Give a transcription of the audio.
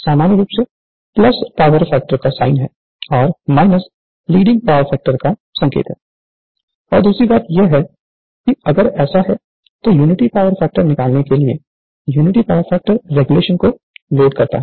सामान्य रूप से लैगिंग पावर फैक्टर का साइन है और लीडिंग पावर फैक्टर के लिए संकेत है और दूसरी बात यह है कि अगर ऐसा है तो यूनिटी पावर फैक्टर निकालने के लिए यूनिटी पावर फैक्टर रेगुलेशन को लोड करता है